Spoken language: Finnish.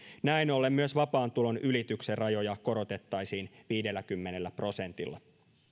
näin ollen myös vapaan tulon ylityksen rajoja korotettaisiin viidelläkymmenellä prosentilla